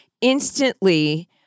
instantly